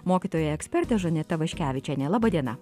mokytoja eksperte žaneta vaškevičiene laba diena